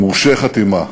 מורשי חתימה.